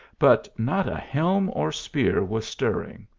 but not a helm or spear was stirring.